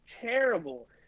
terrible